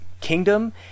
kingdom